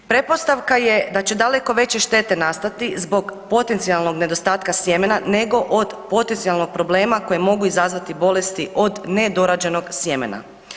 Pretpostavka je da će daleko veće štete nastati zbog potencijalnog nedostatka sjemena nego od potencijalnog problema koje mogu izazvati bolesti od nedorađenog sjemena.